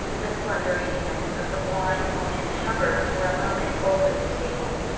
the slender hands of the blind woman hovered for a moment over the table,